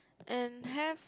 and have